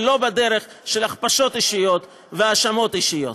ולא בדרך של הכפשות אישיות והאשמות אישיות.